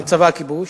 שהוא צבא כיבוש,